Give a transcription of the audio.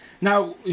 Now